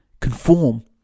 conform